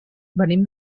venim